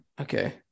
Okay